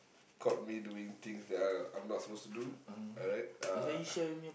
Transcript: caught me doing things that I I'm not supposed to do alright uh